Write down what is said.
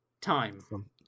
time